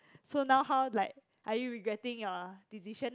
so now how like are you regretting your decision lah